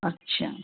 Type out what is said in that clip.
अच्छा